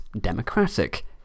democratic